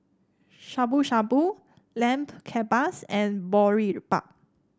Shabu Shabu Lamb Kebabs and Boribap